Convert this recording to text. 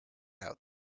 out